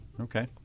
Okay